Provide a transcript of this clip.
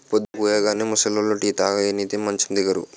పొద్దుకూయగానే ముసలోళ్లు టీ తాగనిదే మంచం దిగరు